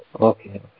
Okay